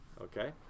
okay